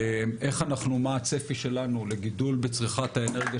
מה הצפי שלנו לגידול בצריכת האנרגיה